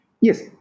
Yes